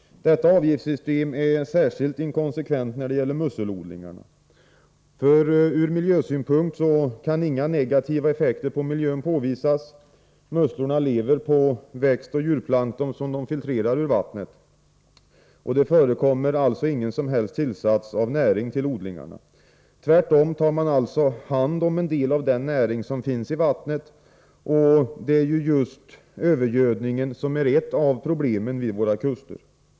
Detta avgiftssystem är särskilt inkonsekvent när det gäller musselodlingar. Ur miljösynpunkt kan inga negativa effekter på miljön påvisas. Musslorna lever på växtoch djurplankton som de filterar ur vattnet. Det förekommer alltså ingen som helst tillsats av näring till odlingarna. Tvärtom tar musslorna alltså hand om en del av den näring som finns i vattnet. Det är ju just övergödning som är ett av problemen vid våra kuster.